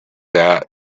that